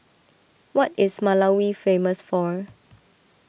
what is Malawi famous for